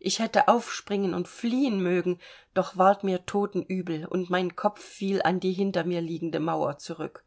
ich hätte aufspringen und fliehen mögen doch ward mir totenübel und mein kopf fiel an die hinter mir liegende mauer zurück